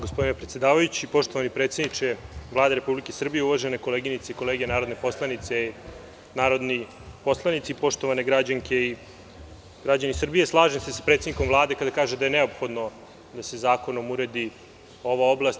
Gospodine predsedavajući, poštovani predsedniče Vlade Republike Srbije, uvažene koleginice i kolege narodni poslanici, poštovane građanke i građani Srbije, slažem se sa predsednikom Vlade kada kaže da je neophodno da se zakonom uredi ova oblast.